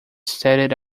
started